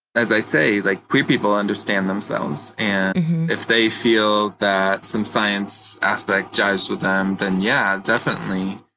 as i say, like queer people understand themselves, and if they feel that some science aspect jives with them, then yeah, definitely.